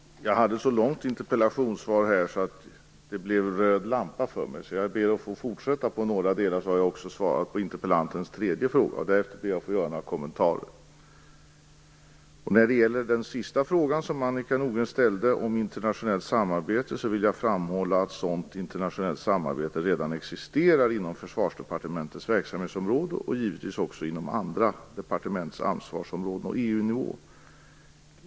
Fru talman! Jag hade ett så långt interpellationssvar att den röda tidlampan lyste för mig. Jag ber att få fortsätta på några delar, så har jag svarat på interpellantens tredje fråga. Därefter ber jag att få ge några kommentarer. När det gäller den sista frågan som Annika Nordgren ställde om internationellt samarbete, vill jag framhålla att ett sådant internationellt samarbete redan existerar inom Försvarsdepartementets verksamhetsområde och givetvis också inom andra departements ansvarsområden och på EU-nivå.